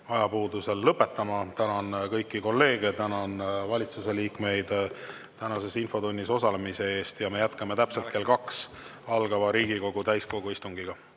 ajapuudusel lõpetama. Tänan kõiki kolleege, tänan valitsusliikmeid tänases infotunnis osalemise eest! Me jätkame täpselt kell kaks algava Riigikogu täiskogu istungiga.